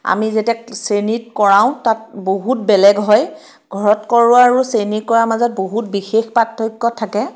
আমি যেতিয়া শ্ৰেণীত কৰাওঁ তাত বহুত বেলেগ হয় ঘৰত কৰোৱা আৰু শ্ৰেণীত কৰা মাজত বহুত বিশেষ পাৰ্থক্য থাকে